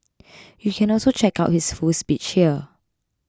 you can also check out his full speech here